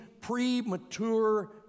premature